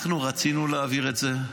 אנחנו רצינו להעביר את זה,